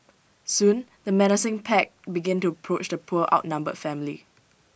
soon the menacing pack began to approach the poor outnumbered family